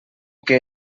que